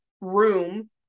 room